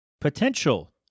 Potential